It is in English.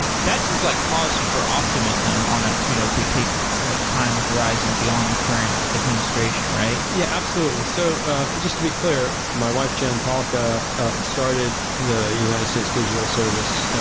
that seems like cause for optimism ah you know if we take a time horizon beyond the current administration, right? yeah, absolutely. so ah just to be clear, my wife jen pahlka started the united states digital service,